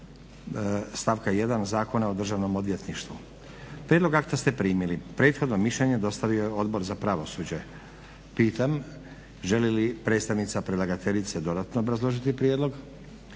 stavka 1. Zakona o državnom odvjetništvu. Prijedlog akta ste primili. Prethodno mišljenje dostavio je Odbor za Pravosuđe. Pitam želi li predstavnica predlagateljice dodatno obrazložiti prijedlog?